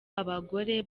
abagore